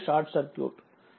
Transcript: సర్క్యూట్ని తరువాతగీద్దాము